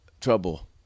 trouble